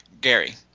Gary